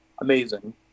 amazing